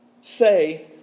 say